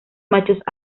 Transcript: machos